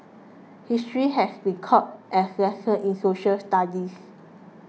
history has been taught as 'lessons' in social studies